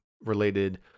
related